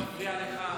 אני לא מפריע לך.